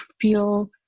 feel